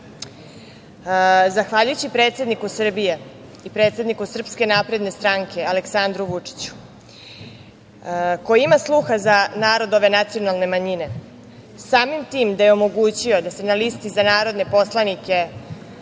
ukloniti. Zahvaljujući predsedniku Srbije, i predsedniku Srpske napredne stranke, Aleksandru Vučiću, koji ima sluha za narod ove nacionalne manjine, samim tim da je omogućio da se na listi za narodne poslanike